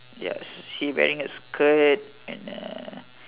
yes she wearing a skirt and uh